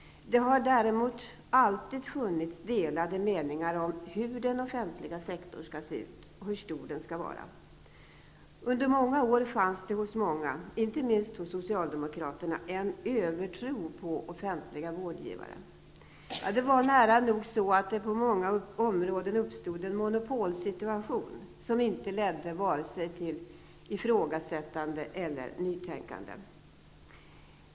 Det har däremot alltid funnits delade meningar om hur den offentliga sektorn skall se ut och hur stor den skall vara. Under många år fanns det hos många, inte minst hos socialdemokraterna, en övertro på offentliga vårdgivare. Det var nära nog så att det på många områden uppstod en monopolsituation, som inte ledde till vare sig ifrågasättande eller nytänkande.